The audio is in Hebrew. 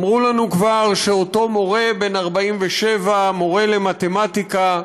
אמרו לנו כבר שאותו מורה, בן 47, מורה למתמטיקה,